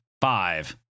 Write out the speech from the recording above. five